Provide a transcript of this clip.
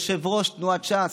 יושב-ראש תנועת ש"ס,